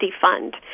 Fund